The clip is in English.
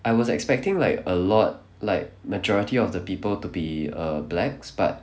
I was expecting like a lot like majority of the people to be err blacks but